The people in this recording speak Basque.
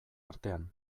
artean